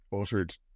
uttered